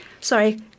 sorry